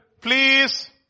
please